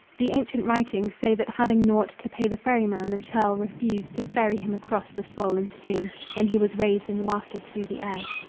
the ancient writings say that having naught to pay the ferryman, the churl refused to ferry him across the swollen stream, when he was raised and wafted through the air.